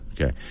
Okay